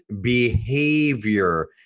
behavior